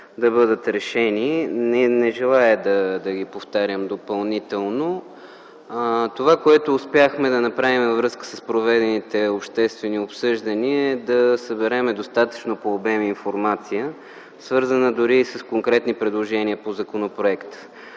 да бъдат решени. Не желая да ги повтарям допълнително. Това, което успяхме да направим във връзка с проведените обществено обсъждания, беше да съберем достатъчна по обем информация, свързана с конкретни предложения по законопроекта.